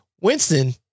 Winston